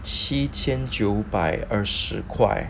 七千九百二十块